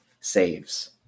saves